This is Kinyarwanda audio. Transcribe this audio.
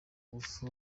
ngufu